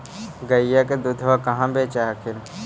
गया के दूधबा कहाँ बेच हखिन?